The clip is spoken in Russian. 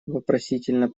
вопросительно